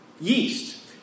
yeast